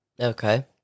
Okay